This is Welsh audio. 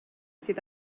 sydd